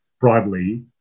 broadly